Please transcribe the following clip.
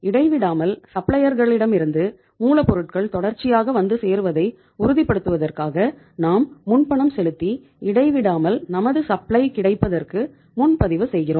இடைவிடாமல் சப்ளையர் களிடமிருந்து கிடைப்பதற்கு முன்பதிவு செய்கிறோம்